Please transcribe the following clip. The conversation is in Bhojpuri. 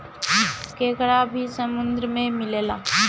केकड़ा भी समुन्द्र में मिलेला